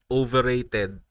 overrated